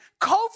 COVID